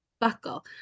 buckle